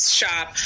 shop